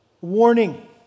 Warning